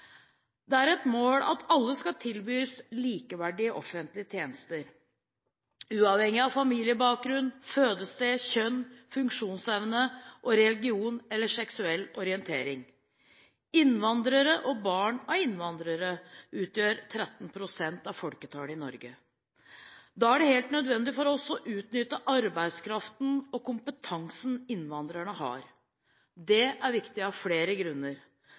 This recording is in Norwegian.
Det er et mål at alle skal tilbys likeverdige offentlige tjenester uavhengig av familiebakgrunn, fødested, kjønn, funksjonsevne, religion eller seksuell orientering. Innvandrere og barn av innvandrere utgjør 13 pst. av folketallet i Norge. Da er det helt nødvendig for oss å utnytte arbeidskraften og kompetansen innvandrerne har. Det er viktig av flere grunner.